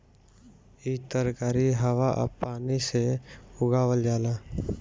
इ तरकारी हवा आ पानी से उगावल जाला